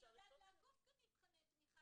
האופציה השלישית שאני יודעת גם לעקוף מבחני תמיכה